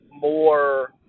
more